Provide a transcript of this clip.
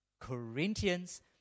Corinthians